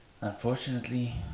Unfortunately